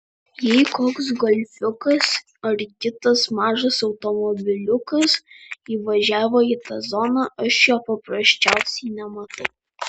jei koks golfiukas ar kitas mažas automobiliukas įvažiavo į tą zoną aš jo paprasčiausiai nematau